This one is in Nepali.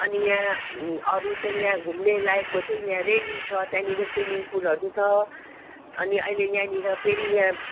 अनि यहाँ अरू चाहिँ यहाँ घुम्ने लायकको चाहिँ यहाँ रेली छ त्यहाँनिर स्विमिङ पुलहरू छ अनि अहिले यहाँनिर फेरि यहाँ